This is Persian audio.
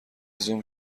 زوم